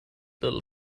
little